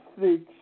six